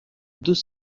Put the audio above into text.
deux